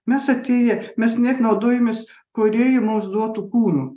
mes atėję mes net naudojamės kūrėjo mums duotu kūnu